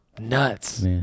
nuts